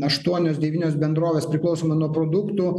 aštuonios devynios bendrovės priklausomai nuo produktų